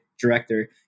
director